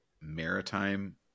Maritime